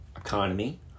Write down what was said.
economy